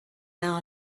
hour